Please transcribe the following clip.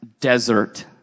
desert